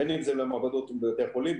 בין אם זה למעבדות בבתי החולים,